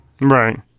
right